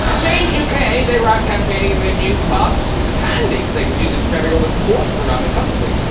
change uk they were out campaigning in their new bus which is handy because they could use it to ferry all the supporters around the country